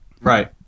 Right